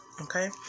Okay